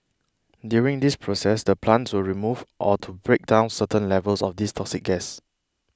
during this process the plants will remove or to break down certain levels of these toxic gas